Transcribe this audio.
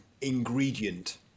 ingredient